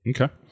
Okay